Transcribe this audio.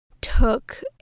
took